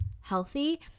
healthy